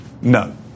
No